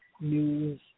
news